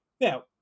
Now